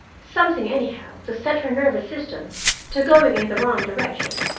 something, anyhow, to set her nervous system to going in the wrong direction.